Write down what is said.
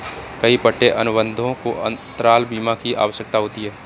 कई पट्टे अनुबंधों को अंतराल बीमा की आवश्यकता होती है